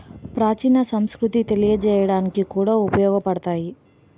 ప్రాచీన సంస్కృతిని తెలియజేయడానికి కూడా ఉపయోగపడతాయి